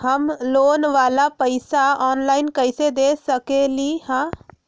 हम लोन वाला पैसा ऑनलाइन कईसे दे सकेलि ह?